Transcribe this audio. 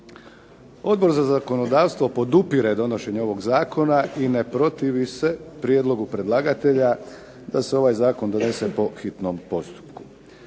Odbor za zakonodavstvo podupire donošenje ovog zakona i ne protivi se prijedlogu predlagatelja da se ovaj zakon donese po hitnom postupku.